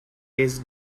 tastes